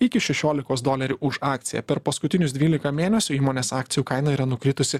iki šešiolikos dolerių už akciją per paskutinius dvylika mėnesių įmonės akcijų kaina yra nukritusi